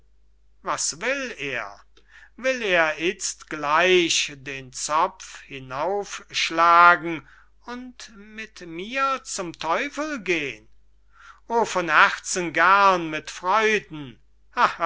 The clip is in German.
was will er will er itzt gleich den zopf hinaufschlagen und mit mir zum teufel geh'n o von herzen gern mit freuden